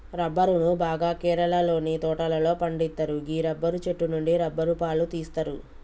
రబ్బరును బాగా కేరళలోని తోటలలో పండిత్తరు గీ రబ్బరు చెట్టు నుండి రబ్బరు పాలు తీస్తరు